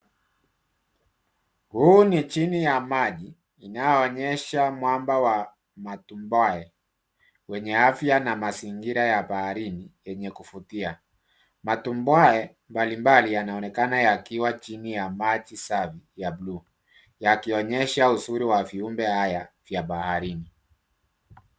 Huu ni chini ya maji inayoonyesha mwamba wa matumbwae wenye afya na mazingira ya baharini yenye kuvutia. Matumbwae yanaonekana yakiwa chini ya maji safi ya blue yakionenya uzuri wa viumbe haya vya baharini.